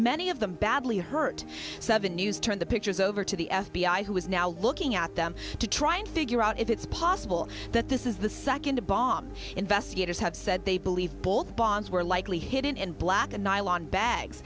y of them badly hurt seven news turn the pictures over to the f b i who is now looking at them to try and figure out if it's possible that this is the second bomb investigators have said they believe both bombs were likely hidden in black nylon bags